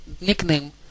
nickname